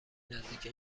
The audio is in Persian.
نزدیک